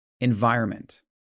Environment